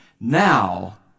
now